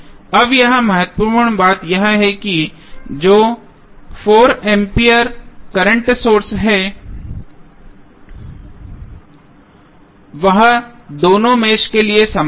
अब यहाँ महत्वपूर्ण बात यह है कि जो 4 एम्पीयर करंट सोर्स है वह दोनों मेष के लिए सामान्य है